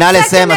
נא לסיים.